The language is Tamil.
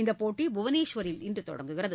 இந்த போட்டி புவனேஸ்வரில் இன்று தொடங்குகிறது